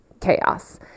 chaos